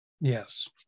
Yes